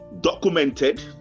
documented